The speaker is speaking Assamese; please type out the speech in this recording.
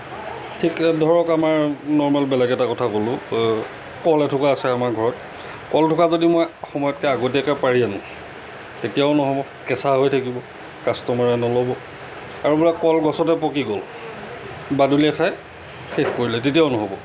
ঠিক ধৰক আমাৰ নৰ্মেল বেলেগ এটা কথা কলোঁ কল এথোকা আছে আমাৰ ঘৰত কল থোকা যদি মই সময়তকৈ আগতীয়াকৈ পাৰি আনোঁ তেতিয়াও নহ'ব কেঁচা হৈ থাকিব কাষ্টমাৰে নল'ব আৰু বোলে কল গছতে পকি গ'ল বাদুলিয়ে খায় শেষ কৰিলে তেতিয়াও নহ'ব